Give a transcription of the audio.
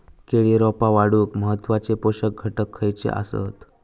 केळी रोपा वाढूक महत्वाचे पोषक घटक खयचे आसत?